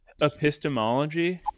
epistemology